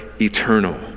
eternal